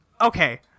okay